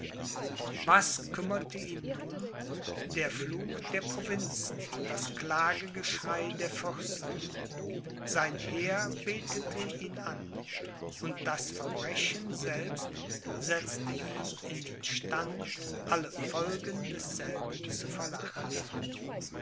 was kümmerte ihn nun der fluch der provinzen und das klaggeschrei der fürsten sein heer betete ihn an und das verbrechen selbst setzte ihn in den stand alle folgen desselben zu verlachen